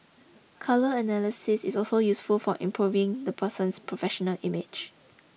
colour analysis is also useful for improving the person's professional image